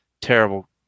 Terrible